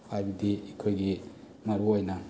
ꯍꯥꯏꯕꯗꯤ ꯑꯩꯈꯣꯏꯒꯤ ꯃꯔꯨ ꯑꯣꯏꯅ